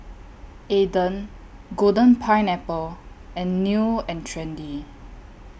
Aden Golden Pineapple and New and Trendy